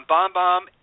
BombBomb